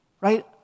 Right